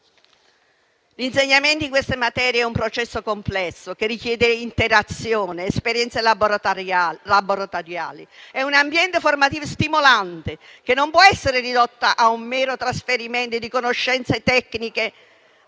L'insegnamento di queste materie è un processo complesso, che richiede interazione, esperienze laboratoriali e un ambiente formativo stimolante che non può essere ridotto a un mero trasferimento di conoscenze tecniche teoriche